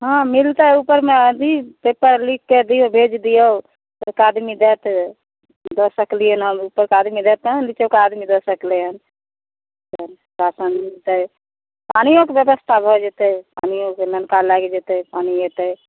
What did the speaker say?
हँ मिलतै ऊपरमे अथी पेपर लिखके दिऔ भेज दिऔ एक आदमी दऽ सकलियै हम उपरके आदमी देतनि राशन मिलतै पानियो कऽ व्यवस्था भऽ जयतै पानियोके नलका लागि जयतै पानि एतै